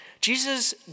Jesus